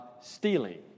stealing